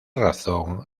razón